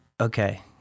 Okay